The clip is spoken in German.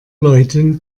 leuten